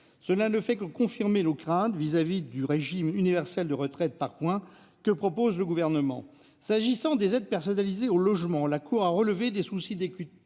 Cela ne fait que confirmer nos craintes à l'égard du régime universel de retraite par points que propose le Gouvernement. S'agissant des aides personnalisées au logement, la Cour a relevé des soucis d'équité